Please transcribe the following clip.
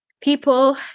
people